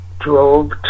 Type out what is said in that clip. drove